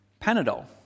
Panadol